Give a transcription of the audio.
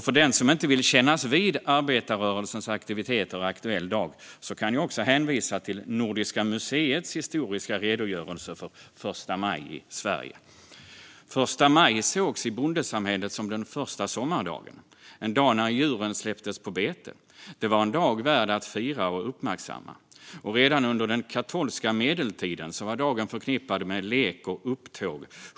För den som inte vill kännas vid arbetarrörelsens aktiviteter aktuell dag kan jag hänvisa till Nordiska museets historiska redogörelse för första maj i Sverige. Första maj sågs i bondesamhället som den första sommardagen, en dag när djuren släpptes på bete. Det var en dag värd att fira och uppmärksamma. Redan under den katolska medeltiden var dagen förknippad med lek och upptåg.